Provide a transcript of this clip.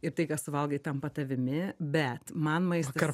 ir tai ką suvalgai tampa tavimi bet man maistas